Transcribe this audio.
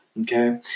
okay